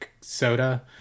soda